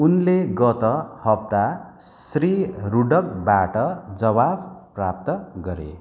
उनले गत हप्ता श्री रुडकबाट जवाफ प्राप्त गरे